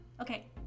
Okay